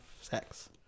sex